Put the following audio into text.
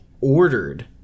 ordered